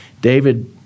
David